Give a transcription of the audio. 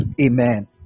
Amen